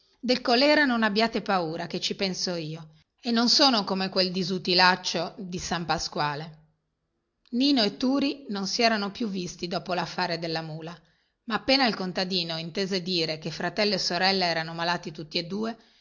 del colera non abbiate paura che ci penso io e non sono come quel disutilaccio di san pasquale nino e turi non si erano più visti dopo laffare della mula ma appena il contadino intese dire che fratello e sorella erano malati tutti e due